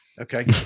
Okay